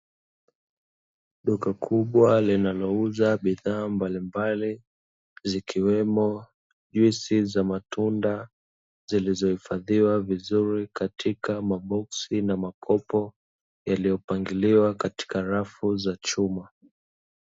Duka kubwa linalouza bidhaa mbalimbali, zikiwemo juisi za matunda zilizohifadhiwa vizuri katika maboksi na makopo, yaliyopangiliwa katika rafu za chuma.